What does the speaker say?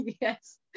Yes